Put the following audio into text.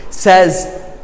Says